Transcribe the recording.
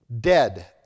Dead